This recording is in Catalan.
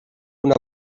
una